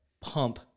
Pump